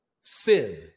sin